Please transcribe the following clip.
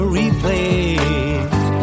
replace